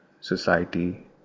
society